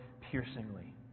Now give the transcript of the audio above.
piercingly